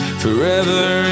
forever